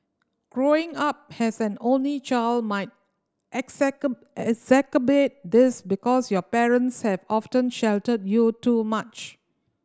growing up as an only child might exacerbate this because your parents have often sheltered you too much